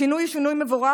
השינוי הוא שינוי מבורך,